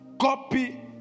copy